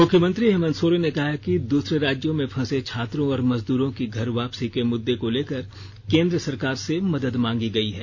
मुख्यमंत्री हेमंत सोरेन ने कहा है दूसरे राज्यों में फंसे छात्रों और मजदूरों की घर वापसी के मुद्दे को लेकर केन्द्र सरकार से मदद मांगी गयी है